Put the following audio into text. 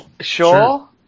Sure